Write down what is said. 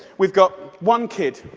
we've got one kid,